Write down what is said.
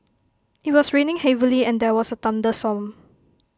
IT was raining heavily and there was A thunderstorm